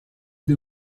the